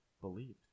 believed